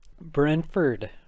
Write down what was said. Brentford